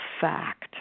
fact